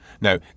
Now